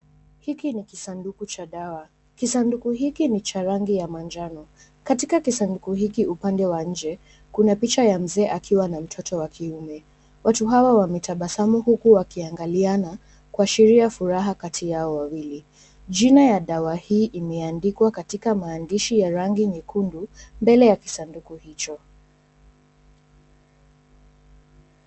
Hiki ni kisanduku cha dawa. Kisanduku hiki ni cha rangi ya manjano. Katika kisanduku hiki upande wa nje kuna picha ya mzee akiwa na mtoto wa kiume, watu hawa wametabasamu huku wakiangaliana kuashiria furaha kati yao hao wawili. Jina ya dawa hii imeandikwa katika maandishi ya rangi nyekundu mbele ya kisanduku hicho.